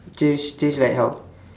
change change like how